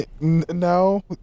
No